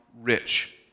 rich